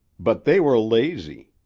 but they were lazy.